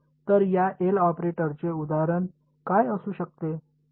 तर या एल ऑपरेटरचे उदाहरण काय असू शकते